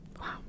Wow